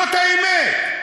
זאת האמת.